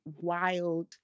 wild